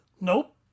Nope